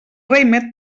raïmet